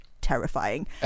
terrifying